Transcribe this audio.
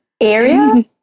area